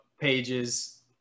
pages